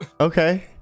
Okay